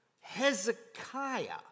Hezekiah